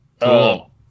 Cool